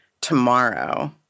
tomorrow